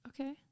okay